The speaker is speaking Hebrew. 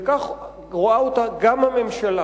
וכך רואה אותה גם הממשלה.